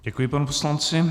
Děkuji panu poslanci.